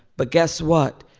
but guess what?